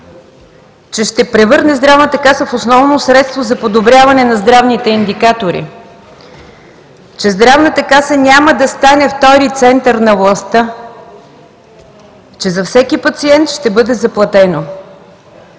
че ще превърне Здравната каса в основно средство за подобряване на здравните индикатори, че Здравната каса няма да стане втори център на властта, че за всеки пациент ще бъде заплатено.